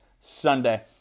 Sunday